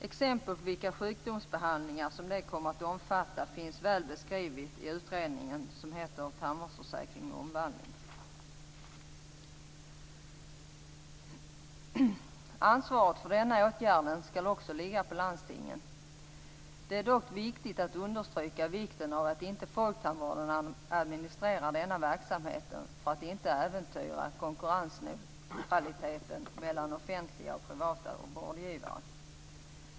Exempel på vilka sjukdomsbehandlingar som kommer att omfattas finns väl beskrivna i utredningsförslaget Tandvårdsförsäkring i omvandling. Ansvaret för denna åtgärd skall också ligga på landstingen. Det är dock viktigt att understryka vikten av att inte folktandvården administrerar denna verksamhet - detta för att inte äventyra konkurrensneutraliteten mellan offentliga och privata vårdgivare.